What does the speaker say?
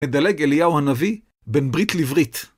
מדלג אליהו הנביא בין ברית לברית.